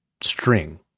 string